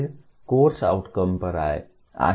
फिर course outcome आएं